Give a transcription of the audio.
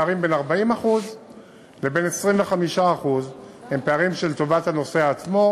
הפערים בין 40% לבין 25% הם לטובת הנוסע עצמו,